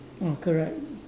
ah correct